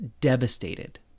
devastated